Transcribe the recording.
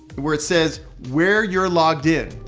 where it says where you're logged in.